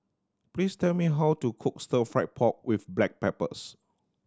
please tell me how to cook Stir Fry pork with black peppers